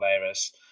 virus